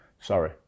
Sorry